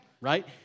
Right